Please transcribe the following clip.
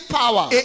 power